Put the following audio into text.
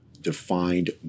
defined